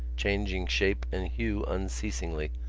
changing shape and hue unceasingly,